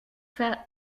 faire